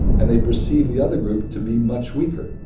and they perceive the other group to be much weaker